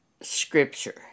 scripture